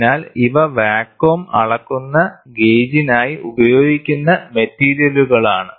അതിനാൽ ഇവ വാക്വം അളക്കുന്ന ഗേജിനായി ഉപയോഗിക്കുന്ന മെറ്റീരിയലുകളാണ്